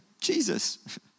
Jesus